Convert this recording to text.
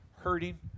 hurting